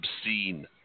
obscene